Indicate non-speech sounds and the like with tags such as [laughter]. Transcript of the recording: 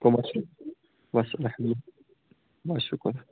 کَم حظ چھُو بَس [unintelligible] بَس شُکُر